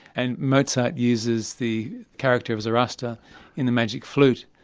and mozart uses the character of zoraster in the magic flute,